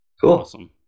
Cool